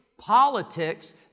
politics